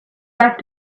back